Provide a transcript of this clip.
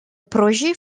projet